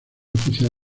oficial